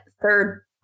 third